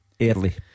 early